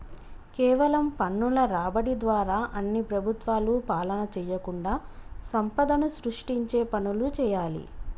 కేవలం పన్నుల రాబడి ద్వారా అన్ని ప్రభుత్వాలు పాలన చేయకుండా సంపదను సృష్టించే పనులు చేయాలి